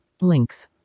links